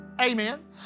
Amen